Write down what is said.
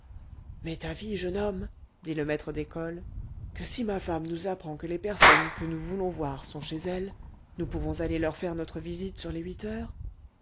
et méfiant m'est avis jeune homme dit le maître d'école que si ma femme nous apprend que les personnes que nous voulons voir sont chez elles nous pourrons aller leur faire notre visite sur les huit heures